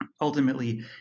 Ultimately